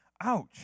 Ouch